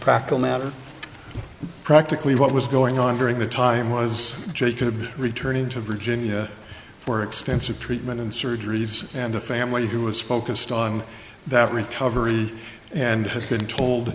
practical matter practically what was going on during the time was jacob returning to virginia for extensive treatment and surgeries and a family who was focused on that recovery and has been told